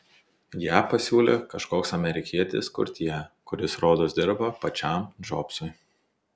ją pasiūlė kažkoks amerikietis kurtjė kuris rodos dirba pačiam džobsui